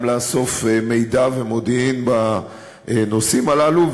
וגם לאסוף מידע ומודיעין בנושאים הללו.